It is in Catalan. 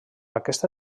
aquesta